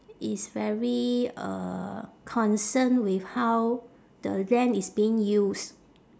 is very uh concerned with how the land is being use